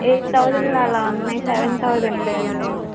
eight thousand లో అలా ఉన్నాయి సెవెన్ థౌసండ్ ఏం లేవు